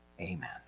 Amen